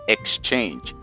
Exchange